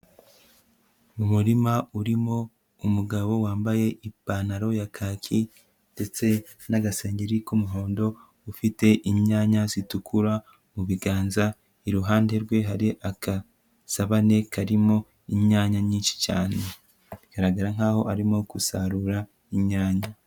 Mu muririma urimo umugabo wambaye ipantaro ya kaki ndetse n'agasengeri k'umuhondo, ufite inyanya zitukura mu biganza, iruhande rwe hari akasabane karimo inyanya nyinshi cyane. Bigaragara nkaho arimo gusarura inyanya.